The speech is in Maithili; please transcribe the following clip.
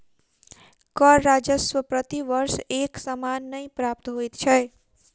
कर राजस्व प्रति वर्ष एक समान नै प्राप्त होइत छै